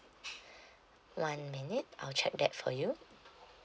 one minute I'll check that for you